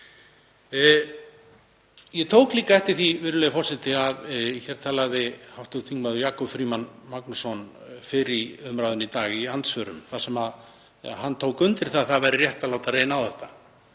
Ég tók líka eftir því, virðulegi forseti, að hér talaði hv. þm. Jakob Frímann Magnússon fyrr í umræðunni í dag í andsvörum þar sem hann tók undir að það væri rétt að láta reyna á þetta.